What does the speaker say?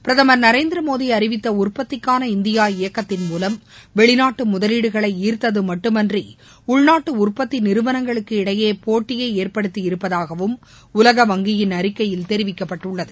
பிரதமர் நரேந்திர மோடி அறிவித்த உற்பத்திக்கான இந்தியா இயக்கத்தின் மூலம் வெளிநாட்டு முதலீடுகளை ஈர்த்தது மட்டுமின்றி உள்நாட்டு உற்பத்தி நிறுவனங்களுக்கு இடையே போட்டியை ஏற்படுத்தி இருப்பதாகவும் உலக வங்கியின் அறிக்கையில் தெரிவிக்கப்பட்டுள்ளது